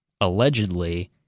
allegedly –